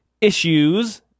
issues